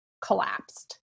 collapsed